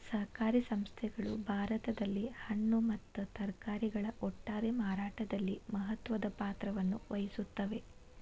ಸಹಕಾರಿ ಸಂಸ್ಥೆಗಳು ಭಾರತದಲ್ಲಿ ಹಣ್ಣು ಮತ್ತ ತರಕಾರಿಗಳ ಒಟ್ಟಾರೆ ಮಾರಾಟದಲ್ಲಿ ಮಹತ್ವದ ಪಾತ್ರವನ್ನು ವಹಿಸುತ್ತವೆ